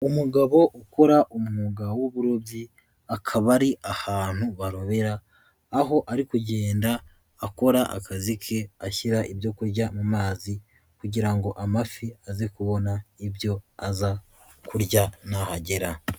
Umugabo ukora umwuga w'uburobyi akaba ari ahantu barobera aho ari kugenda akora akazi ke, ashyira ibyo kurya mu mazi kugira ngo amafi aze kubona ibyo aza kurya nahagera.